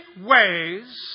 ways